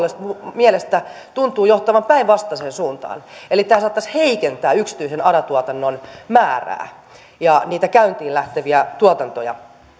mielestä tuntuu johtavan päinvastaiseen suuntaan eli tämä saattaisi heikentää yksityisen ara tuotannon määrää ja niitä käyntiin lähteviä tuotantoja